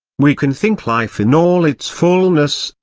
we can think life in all its fulness,